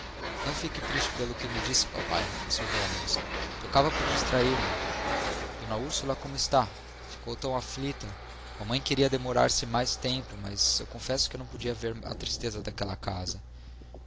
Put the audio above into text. não fiquei triste pelo que me disse papai observou a moça tocava por distrairme d úrsula como está ficou tão aflita mamãe queria demorar-se mais tempo mas eu confesso que não podia ver a tristeza daquela casa